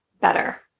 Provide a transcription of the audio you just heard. better